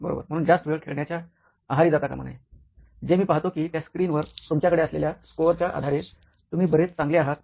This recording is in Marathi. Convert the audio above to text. बरोबर म्हणून जास्त वेळ खेळण्याच्या आहारी जाता कामा नये जे मी पाहतो की त्या स्क्रीनवर तुमच्याकडे असलेल्या स्कोअरच्या आधारे तुम्ही बरेच चांगले आहात